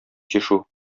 чишү